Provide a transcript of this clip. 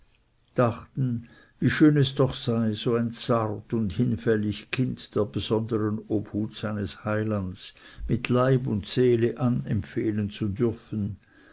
dachten wie schön es doch sei so ein zart und hinfällig kind der besondern obhut seines heilands mit leib und seele anempfehlen zu dürfen